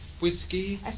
whiskey